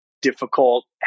difficult